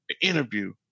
interview